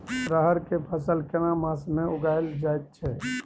रहर के फसल केना मास में उगायल जायत छै?